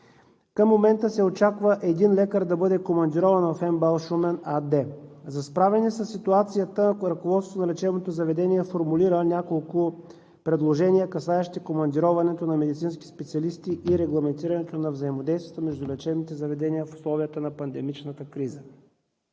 Към момента се очаква един лекар да бъде командирован в „МБАЛ – Шумен“ АД за справяне със ситуацията, ако ръководството на лечебното заведение формулира няколко предложения, касаещи командироването на медицински специалисти, и регламентирането на взаимодействията между лечебните заведения в условията на пандемичната криза.